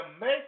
make